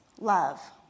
love